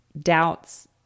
doubts